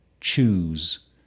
Choose